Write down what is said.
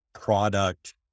product